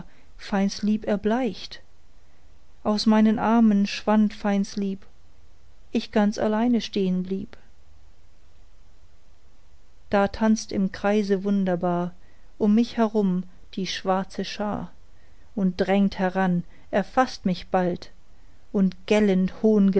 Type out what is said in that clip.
feins lieb erbleicht aus meinen armen schwand feins lieb ich ganz alleine stehen blieb da tanzt im kreise wunderbar um mich herum die schwarze schar und drängt heran erfaßt mich bald und